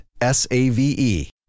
S-A-V-E